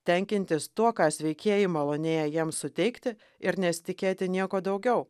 tenkintis tuo ką sveikieji malonėja jiems suteikti ir nesitikėti nieko daugiau